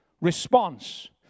response